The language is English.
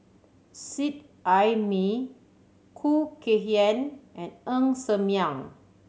Seet Ai Mee Khoo Kay Hian and Ng Ser Miang